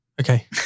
Okay